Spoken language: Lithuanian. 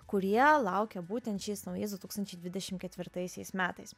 kurie laukia būtent šiais naujas du tūkstančiai dvidešim ketvirtaisiais metais